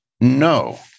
no